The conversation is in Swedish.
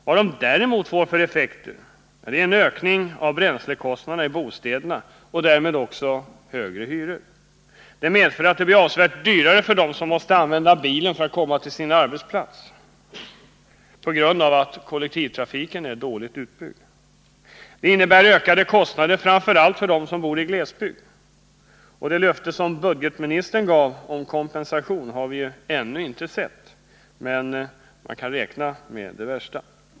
Vad den däremot får effekter på är bränslekostnaderna i bostäderna och därmed också på hyrorna. Det medför att det blir avsevärt dyrare för dem som måste använda bilen för att komma till sin arbetsplats på grund av att kollektivtrafiken är dåligt utbyggd. Det innebär ökade kostnader, framför allt för dem som bor i glesbygd. Det löfte som budgetministern gav om kompensation har vi inte sett ännu, men vi kan räkna med det värsta.